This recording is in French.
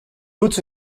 tout